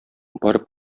барып